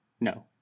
No